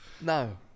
no